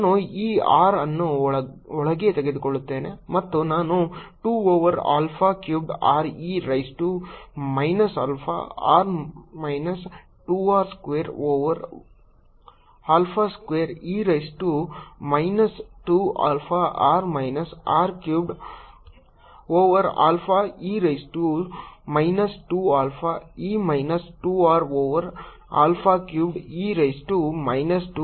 ನಾನು ಈ r ಅನ್ನು ಒಳಗೆ ತೆಗೆದುಕೊಳ್ಳುತ್ತೇನೆ ಮತ್ತು ನಾನು 2 over alpha cubed r e raise to minus alpha r minus 2 r square over alpha square e raise to minus 2 alpha r minus r cubed over alpha e raise to minus 2 alpha e minus 2 r over alpha cubed e raise to minus 2 alpha r d r from 0 to infinity